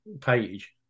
page